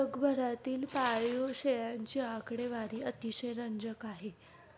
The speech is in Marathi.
जगभरातील पाळीव शेळ्यांची आकडेवारी अतिशय रंजक आहे